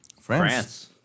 France